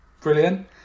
Brilliant